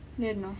I don't know